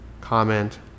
comment